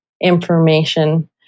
information